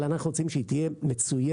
אבל אנחנו רוצים שהיא תהיה מצוינת,